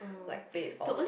like play it off